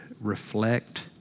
reflect